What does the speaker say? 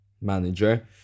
manager